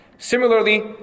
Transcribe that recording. Similarly